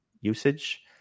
usage